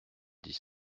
dix